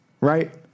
right